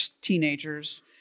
teenagers